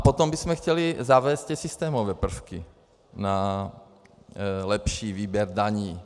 Potom bychom chtěli zavést systémové prvky na lepší výběr daní.